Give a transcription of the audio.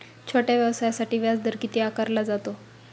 छोट्या व्यवसायासाठी व्याजदर किती आकारला जातो?